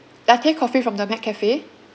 latte coffee from the McCafe